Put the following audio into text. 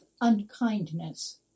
unkindness